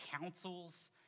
councils